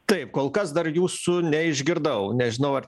taip kol kas dar jūsų neišgirdau nežinau ar